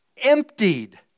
Emptied